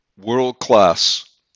world-class